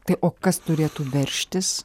tai o kas turėtų veržtis